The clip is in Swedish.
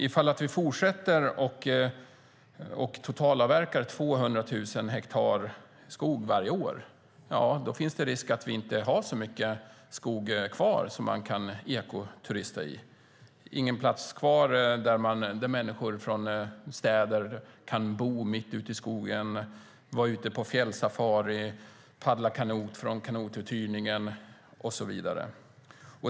Ifall vi fortsätter att totalavverka 200 000 hektar skog varje år finns det risk att vi inte kommer att ha så mycket skog kvar som man kan ekoturista i, att det inte blir några platser kvar där människor från städer kan bo mitt ute i skogen, vara ute på fjällsafari, paddla kanot från kanotuthyrningen och så vidare.